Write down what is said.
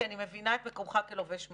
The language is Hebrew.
כי אני מבינה את מקומך כלובש מדים.